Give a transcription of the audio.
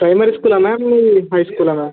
primary స్కూలా ma'am మీది high స్కూలా మ్యామ్